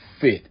fit